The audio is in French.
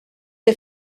ces